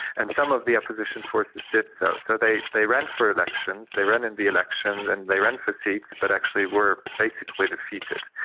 and some of the opposition forces did so. so they they ran for elections, they ran in the elections and they ran for seats, but actually were basically defeated.